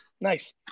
nice